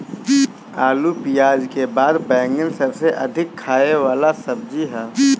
आलू पियाज के बाद बैगन सबसे अधिका खाए वाला सब्जी हअ